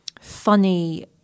funny